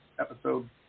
episode